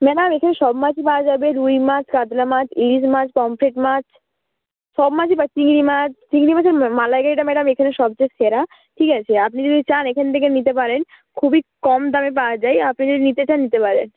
madam এখানে সব মাছই পাওয়া যাবে রুই মাছ কাতলা মাছ ইলিশ মাছ পমফ্রেট মাছ সব মাছই পাওয়া চিংড়ি মাছ চিংড়ি মাছের মালাইকারি ম্যাডাম এখানে সবচেয়ে সেরা ঠিক আছে আপনি যদি চান এখান থেকে নিতে পারেন খুবই কম দামে পাওয়া যায় আপনি যদি নিতে চান নিতে পারেন